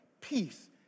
peace